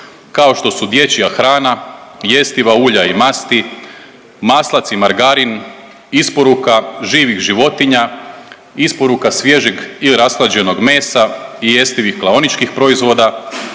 kao što su dječja hrana, jestiva ulja i masti, maslac i margarin, isporuka živih životinja, isporuka svježeg ili rashlađenog mesa i jestivih klaoničkih proizvoda,